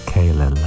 Kayla